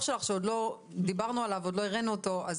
שלך שעוד לא דיברנו עליו ועוד לא הראינו אותו.